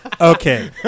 Okay